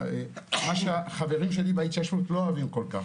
מה שהחברים שלי בהתיישבות לא אוהבים כל כך,